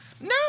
No